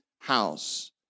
house